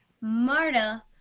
Marta